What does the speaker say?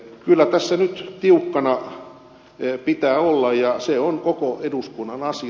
kyllä tässä nyt tiukkana pitää olla ja se on koko eduskunnan asia